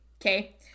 Okay